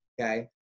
okay